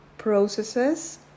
processes